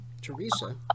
Teresa